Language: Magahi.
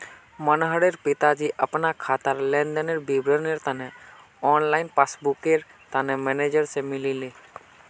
मनोहरेर पिताजी अपना खातार लेन देनेर विवरनेर तने ऑनलाइन पस्स्बूकर तने मेनेजर से मिलले